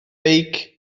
beic